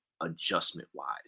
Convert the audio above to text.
adjustment-wise